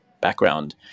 background